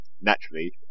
naturally